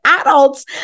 adults